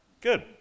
Good